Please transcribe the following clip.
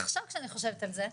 עכשיו כשאני חושבת על זה,